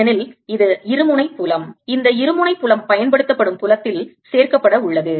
ஏனெனில் இது இருமுனை புலம் இந்த இருமுனை புலம் பயன்படுத்தப்படும் புலத்தில் சேர்க்கப்பட உள்ளது